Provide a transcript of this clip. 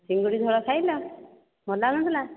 ଚିଙ୍ଗୁଡ଼ି ଝୋଳ ଖାଇଲ ଭଲ ଲାଗୁନଥିଲା